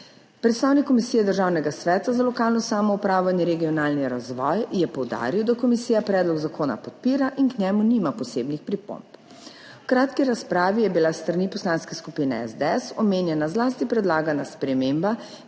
Predstavnik Komisije Državnega sveta za lokalno samoupravo in regionalni razvoj je poudaril, da komisija predlog zakona podpira in k njemu nima posebnih pripomb. V kratki razpravi je bila s strani Poslanske skupine SDS omenjena zlasti predlagana sprememba